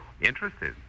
Interested